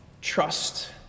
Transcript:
Trust